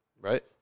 Right